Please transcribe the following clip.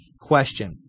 question